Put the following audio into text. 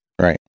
Right